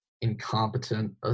incompetent